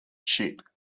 ship